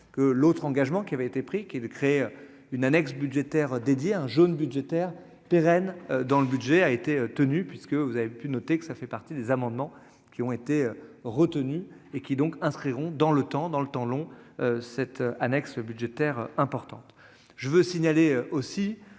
que l'autre engagement qui avait été pris qu'créer une annexe budgétaire dédiée un jaune budgétaire pérenne dans le budget a été tenue, puisque vous avez pu noter que ça fait partie des amendements qui ont été retenus et qui donc inscriront dans le temps dans le temps long cette annexe budgétaire importante je veux signaler aussi